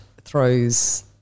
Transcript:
throws